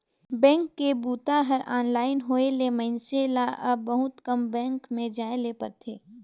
bank के बूता हर ऑनलाइन होए ले मइनसे ल अब बहुत कम बेंक में जाए ले परथे